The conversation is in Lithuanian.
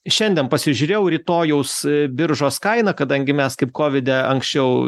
šiandien pasižiūrėjau rytojaus biržos kaina kadangi mes kaip kovide anksčiau